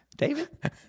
David